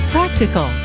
Practical